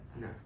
no